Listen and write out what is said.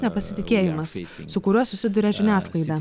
nepasitikėjimas su kuriuo susiduria žiniasklaida